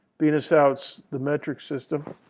being as how it's the metric system.